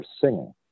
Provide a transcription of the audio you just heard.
singing